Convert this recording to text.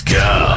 go